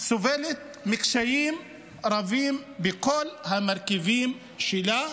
סובלת מקשיים רבים בכל המרכיבים שלה.